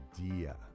idea